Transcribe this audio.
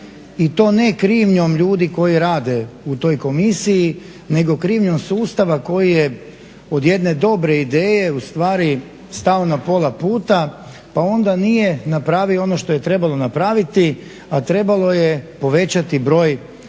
I to ne krivnjom ljudi koji rade u toj komisiji nego krivnjom sustava koji je od jedne dobre ideje ustvari stao na pola puta pa onda nije napravio ono što je trebalo napraviti, a trebalo je povećati broj